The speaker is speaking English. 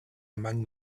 among